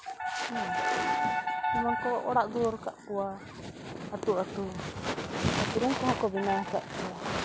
ᱦᱮᱸ ᱚᱱᱟ ᱠᱚ ᱚᱲᱟᱜ ᱫᱩᱣᱟᱹᱨ ᱠᱟᱜ ᱠᱚᱣᱟ ᱟᱛᱳ ᱟᱛᱳ ᱟᱨ ᱰᱨᱮᱱ ᱠᱚᱦᱚᱸ ᱠᱚ ᱵᱮᱱᱟᱣ ᱠᱟᱜ ᱠᱚᱣᱟ